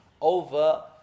over